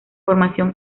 formación